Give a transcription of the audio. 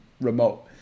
remote